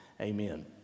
Amen